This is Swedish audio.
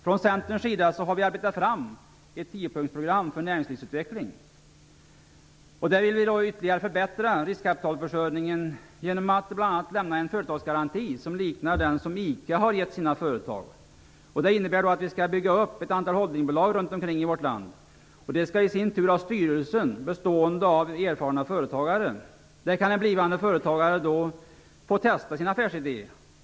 Från Centerns sida har vi arbetat fram ett tiopunktsprogram för näringslivsutveckling. Där vill vi ytterligare förbättra riskkapitalförsörjningen genom att bl.a. lämna en företagsgaranti som liknar den som ICA har gett sina företag. Det innebär att vi skall bygga upp ett antal holdingbolag runt omkring i vårt land. De skall i sin tur ha styrelser bestående av erfarna företagare. Där kan en blivande företagare få testa sin affärsidé.